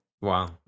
Wow